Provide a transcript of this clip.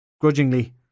Grudgingly